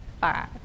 five